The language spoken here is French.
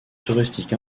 touristique